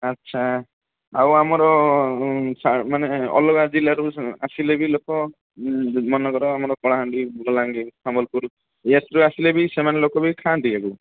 ଆଚ୍ଛା ଆଉ ଆମର ମାନେ ଅଲଗା ଜିଲ୍ଲାରୁ ଆସିଲେ ବି ଲୋକ ମନେକର ଆମର କଳାହାଣ୍ଡି ବଲାଙ୍ଗୀର ସମ୍ବଲପୁର ଏଥିରୁ ଆସିଲେ ବି ସେମାନେ ଲୋକବି ଖାଆନ୍ତି ଏହାକୁ